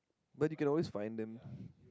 but you can always find them